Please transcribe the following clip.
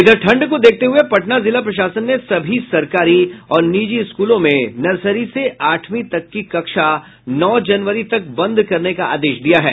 इधर ठंड को देखते हुये पटना जिला प्रशासन ने सभी सरकारी और निजी स्कूलों में नर्सरी से आठवीं तक की कक्षा नौ जनवरी तक बंद करने का आदेश दिया है